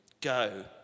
Go